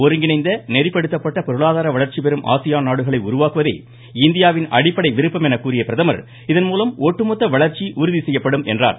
ஒருங்கிணைந்த நெறிப்படுத்தப்பட்ட பொருளாதார வளர்ச்சிபெறும் ஆசியான் நாடுகளை உருவாக்குவதே இந்தியாவின் அடிப்படை விருப்பம் என கூறிய பிரதமர் இதன்மூலம் ஒட்டுமொத்த வளர்ச்சி உறுதிசெய்யப்படும் என்றார்